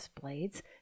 blades